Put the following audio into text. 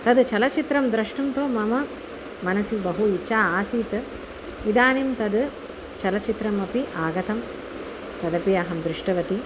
तद् चलचित्रं द्रष्टुं तु मम मनसि बहु इच्छा आसीत् इदानीं तद् चलचित्रमपि आगतं तदपि अहं दृष्टवति